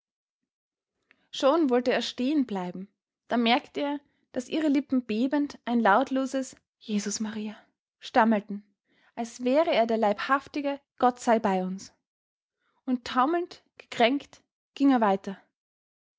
schon wollte er stehen bleiben da merkte er daß ihre lippen bebend ein lautloses jesus maria stammelten als wäre er der leibhaftige gottseibeiuns und taumelnd gekränkt ging er weiter